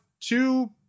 two